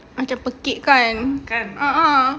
ada pekik kan a'ah